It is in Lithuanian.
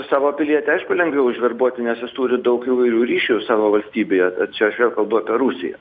savo pilietį aišku lengviau užverbuoti nes jis turi daug įvairių ryšių savo valstybėje čia aš vėl kalbu apie rusiją